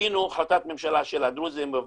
ניכינו החלטות הממשלה הדרוזים והבדואים,